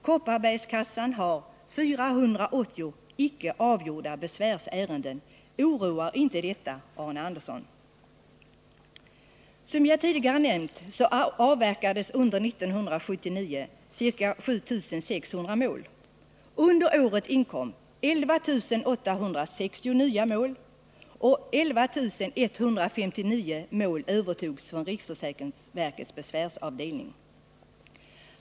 Kopparbergskassan har 480 icke avgjorda besvärsärenden. Oroar inte detta Arne Andersson? Som jag tidigare nämnt avverkades under 1979 ca 7 600 mål. Under året inkom 11 860 nya mål, och 11 159 mål övertogs från riksförsäkringsverkets besvärsavdelning.